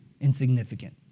insignificant